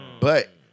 But-